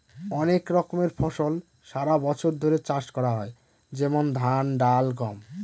অনেক রকমের ফসল সারা বছর ধরে চাষ করা হয় যেমন ধান, ডাল, গম